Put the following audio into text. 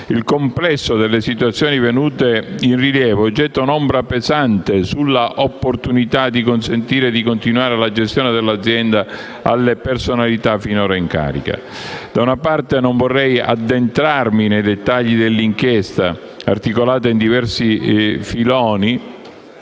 Il complesso delle situazioni venute in rilievo getta un'ombra pesante sull'opportunità di consentire di continuare la gestione dell'azienda alle personalità finora in carica. Da una parte non vorrei addentrarmi nei dettagli dell'inchiesta, articolata in diversi filoni,